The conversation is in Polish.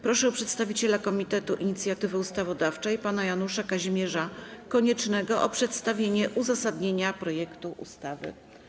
Proszę przedstawiciela Komitetu Inicjatywy Ustawodawczej pana Janusza Kazimierza Koniecznego o przedstawienie uzasadnienia projektu ustawy.